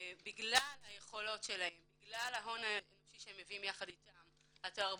בגלל היכולות שלהם ובגלל ההון האנושי שהן מביאים איתם התרבות,